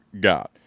God